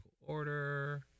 order